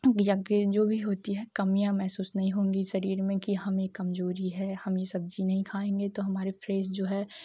या जो भी होती हैं कमियाँ महसूस नहीं होंगी शरीर में कि हमें कमज़ोरी है हमें हम सब्ज़ी नहीं खाएँगे तो हमारे